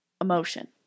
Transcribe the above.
emotion